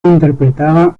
interpretaba